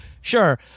sure